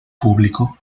público